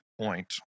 point